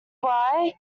why